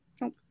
Nope